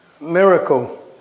miracle